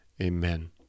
Amen